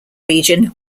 region